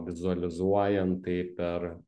vizualizuojant tai per